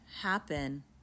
happen